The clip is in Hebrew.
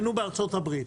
היינו בארצות הברית.